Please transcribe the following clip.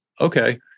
Okay